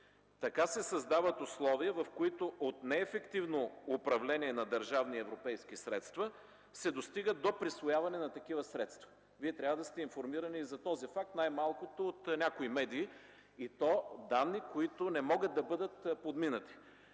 Така се създават условия, в които от неефективно управление на държавни и европейски средства, се достига до присвояване на такива средства. Вие трябва да сте информиран за този факт най-малкото от някои медии, и то данни, които не могат да бъдат подминати.